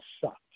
sucked